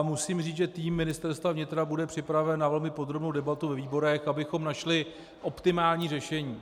Musím říct, že tým Ministerstva vnitra bude připraven na velmi podrobnou debatu ve výborech, abychom našli optimální řešení.